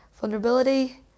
vulnerability